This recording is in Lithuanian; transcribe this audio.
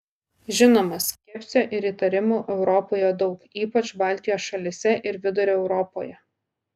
žinoma skepsio ir įtarimų europoje daug ypač baltijos šalyse ir vidurio europoje